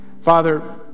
Father